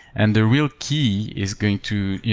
and the real key is going to, yeah